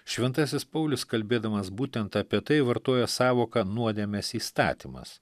šventasis paulius kalbėdamas būtent apie tai vartojo sąvoką nuodėmės įstatymas